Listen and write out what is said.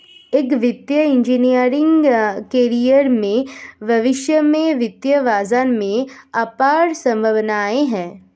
एक वित्तीय engineering career में भविष्य के वित्तीय बाजार में अपार संभावनाएं हैं